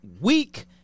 week